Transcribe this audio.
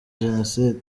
jenoside